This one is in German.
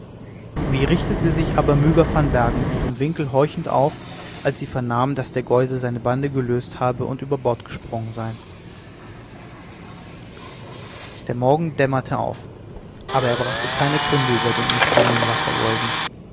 wie richtete sich aber myga van bergen in ihrem winkel horchend auf als sie vernahm daß der geuse seine bande gelöst habe und über bord gesprungen sei der morgen dämmerte auf aber er brachte keine kunde über den entsprungenen wassergeusen